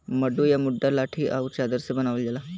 मड्डू या मड्डा लाठी आउर चादर से बनावल जाला